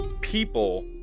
people